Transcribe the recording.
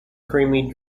creamy